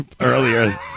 earlier